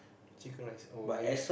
chicken rice oh I use